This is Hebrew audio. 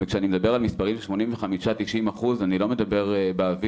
וכשאני מדבר על מספרים של 85% ו-90% אני לא מדבר באוויר,